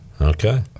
okay